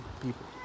people